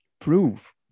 prove